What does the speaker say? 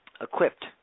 equipped